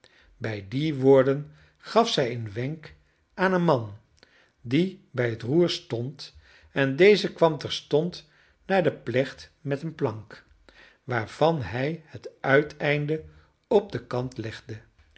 bij die woorden gaf zij een wenk aan een man die bij het roer stond en deze kwam terstond naar de plecht met een plank waarvan hij het uiteinde op den kant legde